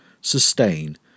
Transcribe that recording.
sustain